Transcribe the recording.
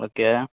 okay